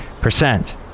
percent